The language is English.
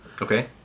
Okay